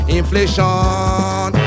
inflation